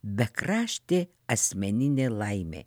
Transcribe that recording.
bekraštė asmeninė laimė